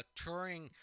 touring